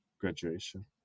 graduation